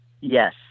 yes